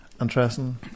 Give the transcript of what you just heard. interesting